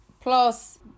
Plus